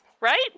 right